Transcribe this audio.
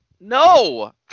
no